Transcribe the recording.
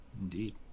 indeed